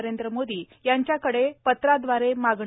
नरेंद्र मोदी यांच्याकडे पत्रादवारे मागणी